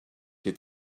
est